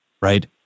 Right